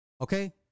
Okay